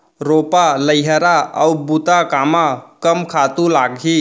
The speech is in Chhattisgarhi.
रोपा, लइहरा अऊ बुता कामा कम खातू लागही?